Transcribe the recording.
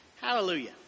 Hallelujah